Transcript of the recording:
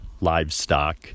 livestock